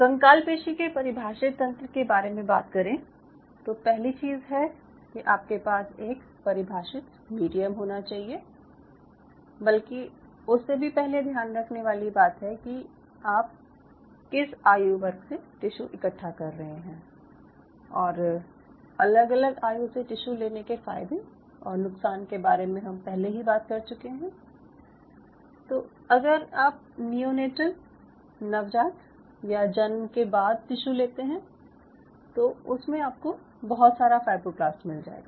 कंकाल पेशी के परिभाषित तंत्र के बारे में बात करें तो पहली चीज़ है कि आपके पास एक परिभाषित मीडियम होना चाहिए बल्कि उससे भी पहले ध्यान रखने वाली बात है कि आप किस आयु वर्ग से टिश्यू इकट्ठा रहे हैं और अलग अलग आयु से टिश्यू लेने के फायदे और नुकसान के बारे में हम पहले ही बात कर चुके हैं तो अगर आप नियोनेटल नवजात या जन्म के बाद टिश्यू लेते हैं तो उसमे आपको बहुत सारा फायब्रोब्लास्ट मिल जाएगा